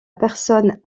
personne